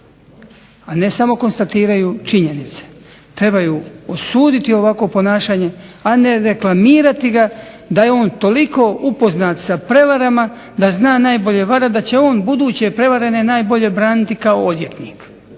a ne samo konstatiraju činjenice. Trebaju osuditi ovakvo ponašanje, a ne reklamirati ga da je on toliko upoznat sa prevarama da zna najbolje varati, da će on buduće prevarene najbolje braniti kao odvjetnik